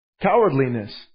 Cowardliness